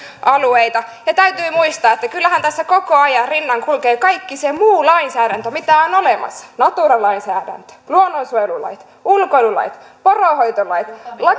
alueita täytyy muistaa että kyllähän tässä koko ajan rinnan kulkee kaikki se muu lainsäädäntö mitä on olemassa natura lainsäädäntö luonnonsuojelulait ulkoilulait poronhoitolait